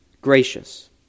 gracious